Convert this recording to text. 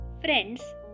Friends